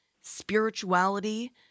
spirituality